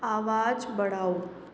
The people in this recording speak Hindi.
आवाज़ बढ़ाओ